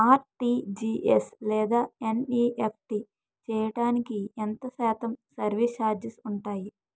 RTGS లేదా NEFT చేయడానికి ఎంత శాతం సర్విస్ ఛార్జీలు ఉంటాయి?